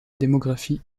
démographie